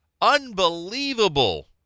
unbelievable